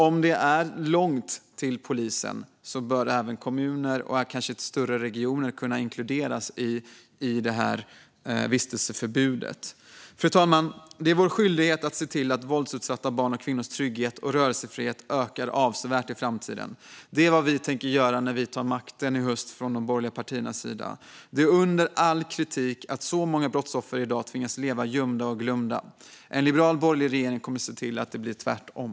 Om det är långt till polisen bör även kommuner och kanske större regioner kunna inkluderas i vistelseförbudet. Fru talman! Det är vår skyldighet att se till att våldsutsatta barns och kvinnors trygghet och rörelsefrihet ökar avsevärt i framtiden. Det är vad vi tänker göra från de borgerliga partiernas sida när vi tar makten i höst. Det är under all kritik att så många brottsoffer i dag tvingas leva gömda och glömda. En liberal borgerlig regering kommer att se till att det blir tvärtom.